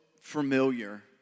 familiar